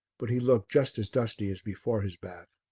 but he looked just as dusty as before his bath.